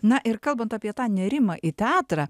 na ir kalbant apie tą nerimą į teatrą